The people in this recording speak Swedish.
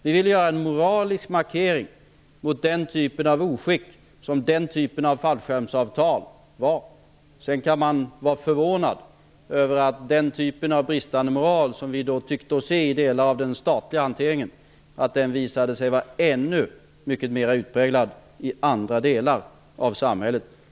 Vi ville göra en moralisk markering mot den typen av oskick som dessa fallskärmsavtal ledde till. Sedan kan man vara förvånad över att den typen av bristande moral som vi tyckte oss se i delar av den statliga hanteringen visade sig vara ännu mera utpräglad i andra delar av samhället.